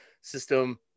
system